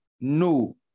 no